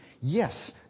yes